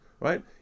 right